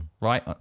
Right